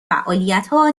فعالیتها